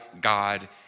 God